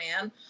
man